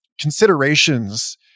considerations